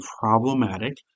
problematic